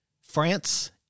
France